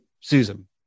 Susan